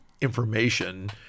information